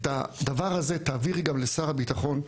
את הדבר הזה, תעבירי גם לשר הביטחון.